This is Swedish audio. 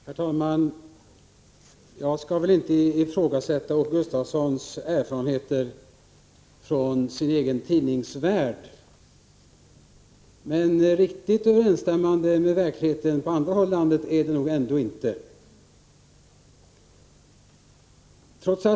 Herr talman! Jag skall inte ifrågasätta Åke Gustavssons erfarenheter från hans egen tidningsvärld, men riktigt överensstämmande med verkligheten på andra håll i landet är de nog ändå inte.